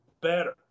better